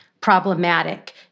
problematic